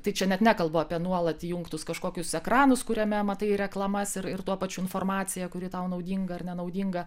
tai čia net nekalbu apie nuolat įjungtus kažkokius ekranus kuriame matai reklamas ir ir tuo pačiu informaciją kuri tau naudinga ar nenaudinga